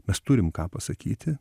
mes turim ką pasakyti